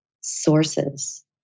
sources